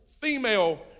female